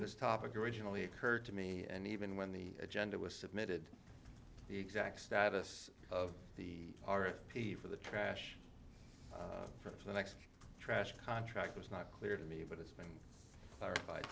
this topic originally occurred to me and even when the agenda was submitted the exact status of the r p for the trash for the next trash contract was not clear to me but it's been clarif